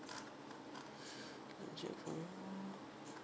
let me check for you